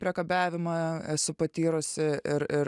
priekabiavimą esu patyrusi ir ir